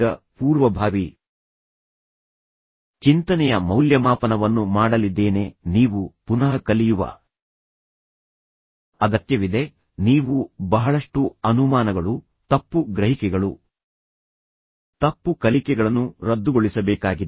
ಈಗ ಪೂರ್ವಭಾವಿ ಚಿಂತನೆಯ ಮೌಲ್ಯಮಾಪನವನ್ನು ಮಾಡಲಿದ್ದೇನೆ ನೀವು ಪುನಃ ಕಲಿಯುವ ಅಗತ್ಯವಿದೆ ನೀವು ಬಹಳಷ್ಟು ಅನುಮಾನಗಳು ತಪ್ಪು ಗ್ರಹಿಕೆಗಳು ತಪ್ಪು ಕಲಿಕೆಗಳನ್ನು ರದ್ದುಗೊಳಿಸಬೇಕಾಗಿದೆ